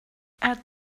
add